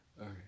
Okay